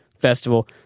Festival